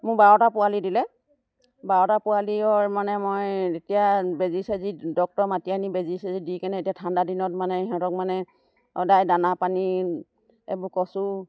মোৰ বাৰটা পোৱালি দিলে বাৰটা পোৱালিৰ মানে মই এতিয়া বেজী চেজি ডক্তৰ মাতি আনি বেজী চেজি দি কিনে এতিয়া ঠাণ্ডা দিনত মানে সিহঁতক মানে সদায় দানা পানী এইবোৰ কচু